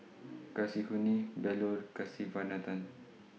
Kasinadhuni Bellur Kasiviswanathan